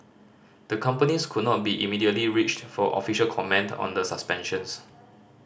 the companies could not be immediately reached for official comment on the suspensions